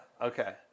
Okay